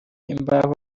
imbaho